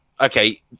okay